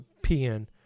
PN